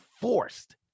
forced